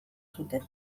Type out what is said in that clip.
zuten